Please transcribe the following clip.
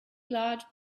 large